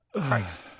Christ